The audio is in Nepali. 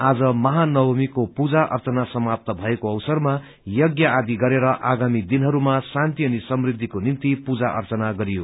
आज महानवमीको पूजा अर्चना समाप्त भएको अवसरमा यज्ञ आदि गरेर आगामी दिनहरूमा शान्ति अनि समृद्धिको निम्ति पूजा अर्चना गरियो